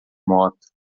moto